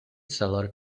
seller